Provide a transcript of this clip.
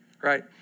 right